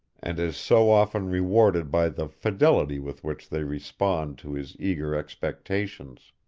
and is so often rewarded by the fidelity with which they respond to his eager expectations.